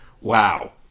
Wow